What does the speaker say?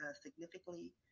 significantly